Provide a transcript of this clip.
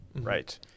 right